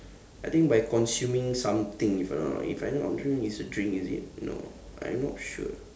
I think by consuming something if I'm not wrong if I'm not wrong drink it's a drink is it no I'm not sure